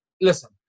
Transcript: Listen